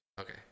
Okay